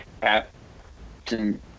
Captain